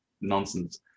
nonsense